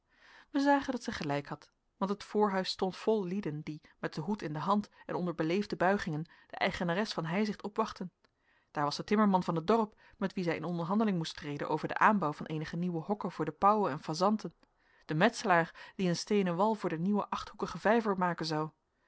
wij zagen dat zij gelijk had want het voorhuis stond vol lieden die met den hoed in de hand en onder beleefde buigingen de eigenares van heizicht opwachtten daar was de timmerman van het dorp met wien zij in onderhandeling moest treden over den aanbouw van eenige nieuwe hokken voor de pauwen en fazanten de metselaar die een steenen wal voor den nieuwen achthoekigen vijver maken zou